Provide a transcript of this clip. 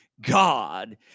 God